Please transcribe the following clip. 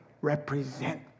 represent